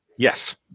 Yes